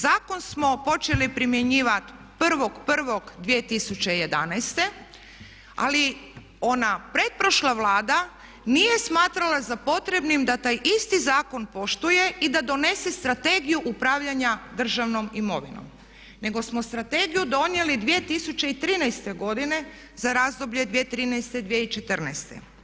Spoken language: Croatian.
Zakon smo počeli primjenjivati 1.01.2011. ali ona pretprošla Vlada nije smatrala za potrebnim da taj isti zakon poštuje i da donese Strategiju upravljanja državnom imovinom nego smo strategiju donijeli 2013. godine za razdoblje 2013.-2014.